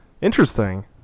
Interesting